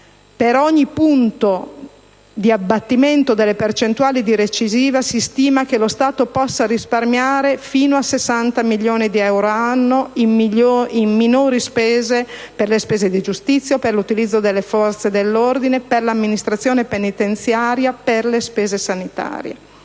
Per ogni punto di abbattimento delle percentuali di recidiva si stima che lo Stato possa risparmiare fino a 60 milioni di euro l'anno per le sole spese di giustizia, per il minore utilizzo di forze dell'ordine, per minori spese di amministrazione penitenziaria, per le spese sanitarie.